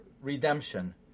redemption